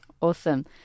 Awesome